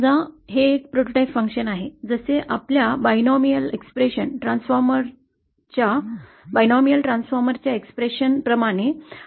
समजा हे एक प्रोटोटाइप फंक्शन आहे जसे आपल्या द्विपदी ट्रांसफॉर्मरच्या द्विपदी अभिव्यक्ती प्रमाणेच